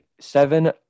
seven